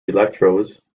electrodes